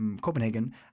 Copenhagen